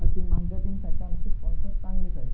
असे आमच्या टीमसारखे आमचे स्पॉन्सर चांगलेच आहेत